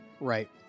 Right